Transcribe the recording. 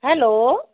hello